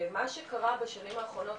מה שקרה בשנים האחרונות,